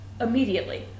Immediately